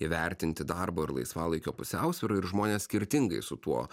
įvertinti darbo ir laisvalaikio pusiausvyrą ir žmonės skirtingai su tuo